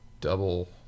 double